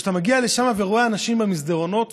וכשאתה מגיע לשם ורואה אנשים במסדרונות,